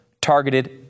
Targeted